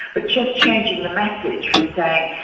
but just changing the message from saying,